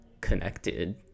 connected